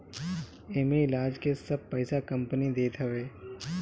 एमे इलाज के सब पईसा कंपनी देत हवे